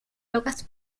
locas